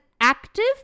active